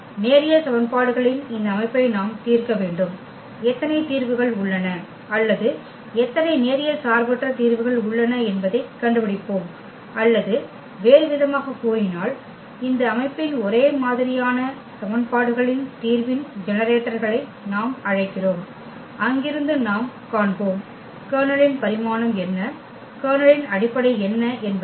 நேரியல் சமன்பாடுகளின் இந்த அமைப்பை நாம் தீர்க்க வேண்டும் எத்தனை தீர்வுகள் உள்ளன அல்லது எத்தனை நேரியல் சார்பற்ற தீர்வுகள் உள்ளன என்பதைக் கண்டுபிடிப்போம் அல்லது வேறுவிதமாகக் கூறினால் இந்த அமைப்பின் ஒரே மாதிரியான சமன்பாடுகளின் தீர்வின் ஜெனரேட்டர்களை நாம் அழைக்கிறோம் அங்கிருந்து நாம் காண்போம் கர்னலின் பரிமாணம் என்ன கர்னலின் அடிப்படை என்ன என்பதை